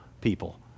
people